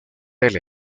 del